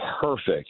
perfect